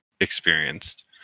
experienced